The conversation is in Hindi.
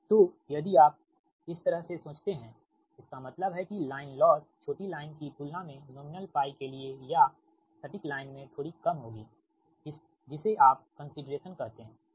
तो यदि आप इस तरह से सोचते हैं इसका मतलब है कि लाइन लॉस छोटी लाइन की तुलना में नॉमिनल के लिए या सटीक लाइन में थोड़ी कम होगी जिसे आप कंसीडरेशन कहते हैं